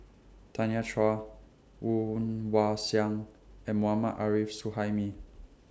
Tanya Chua Woon Wah Siang and Mohammad Arif Suhaimi